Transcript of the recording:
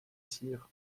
cyr